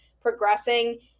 progressing